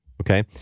Okay